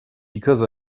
because